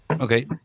Okay